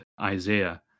Isaiah